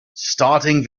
starting